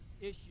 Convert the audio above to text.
issue